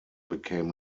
became